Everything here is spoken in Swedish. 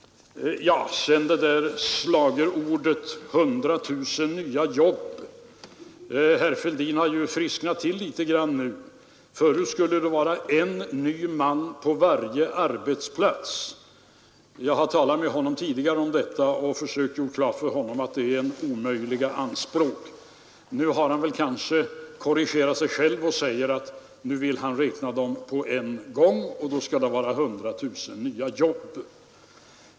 Sedan det där slagordet ” 100 000 nya jobb”. Herr Fälldin har frisknat till litet nu; förut skulle det vara en ny man på varje arbetsplats. Jag har tidigare försökt göra klart för honom att det är ett omöjligt anspråk. Nu har han korrigerat sig själv och vill räkna alla jobben på en gång, och då skall det alltså vara 100 000 nya jobb.